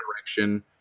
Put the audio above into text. direction